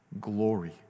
glory